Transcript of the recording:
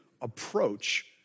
approach